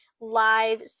live